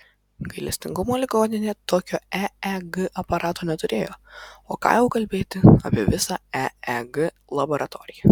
gailestingumo ligoninė tokio eeg aparato neturėjo o ką jau kalbėti apie visą eeg laboratoriją